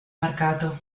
mercato